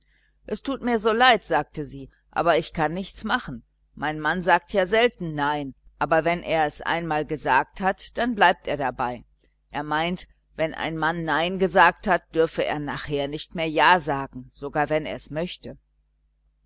es tut mir so leid sagte sie aber ich kann nichts machen mein mann sagt ja selten nein aber wenn er es einmal gesagt hat dann bleibt er dabei er meint wenn ein mann nein gesagt hat dürfe er nachher nicht mehr ja sagen sogar wenn er's möchte